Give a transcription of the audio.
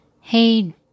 hey